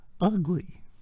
ugly